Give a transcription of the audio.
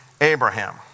Abraham